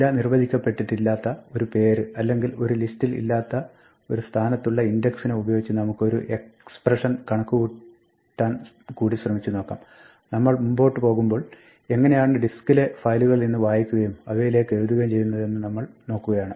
വില നിർവ്വചിക്കപ്പെട്ടിട്ടില്ലാത്ത ഒരു പേര് അല്ലെങ്കിൽ ഒരു ലിസ്റ്റിൽ ഇല്ലാത്ത ഒരു സ്ഥാനത്തുള്ള ഇൻഡക്സിനെ ഉപയോഗിച്ച് നമുക്ക് ഒരു എക്സ്പ്രഷൻ കണക്കുകൂട്ടാൻ കൂടി ശ്രമിച്ചു നോക്കാം നമ്മൾ മുമ്പോട്ട് പോകുമ്പോൾ എങ്ങിനെയാണ് ഡിസ്കിലെ ഫയലുകളിൽ നിന്ന് വായിക്കുകയും അവയിലേക്ക് എഴുതുകയും ചെയ്യുന്നത് എന്ന് നമ്മൾ നോക്കുകയാണ്